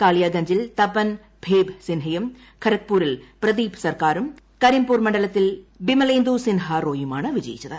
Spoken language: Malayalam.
കാളിയാഗഞ്ചിൽ തപൻ ഭേബ് സിൻഹയും ഖ്ര്ഗ്പൂരിൽ പ്രദീപ് സർക്കാരും കരിംപൂർ മണ്ഡലത്തിൽ ബിമുല്ലേന്റു് സിൻഹ റോയിയുമാണ് വിജയിച്ചത്